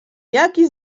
jaki